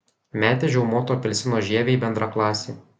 metė žiaumoto apelsino žievę į bendraklasį